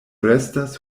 restas